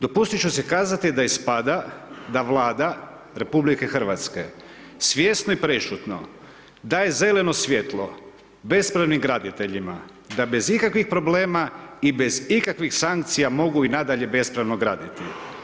Dopustit ću si kazati da ispada da Vlada RH svjesno i prešutno daje zeleno svijetlo bespravnim graditeljima da bez ikakvih problema i bez ikakvih sankcija mogu i nadalje bespravno graditi.